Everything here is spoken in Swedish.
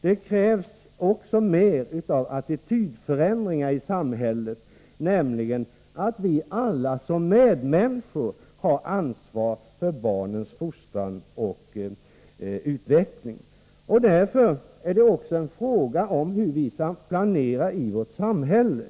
Det krävs också en attitydförändring i samhället, nämligen att vi alla som medmänniskor känner ett ansvar för barnens fostran och utveckling. Därför är det också en fråga om hur vi skall planera samhället.